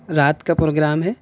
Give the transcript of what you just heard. رات کا پروگرام ہے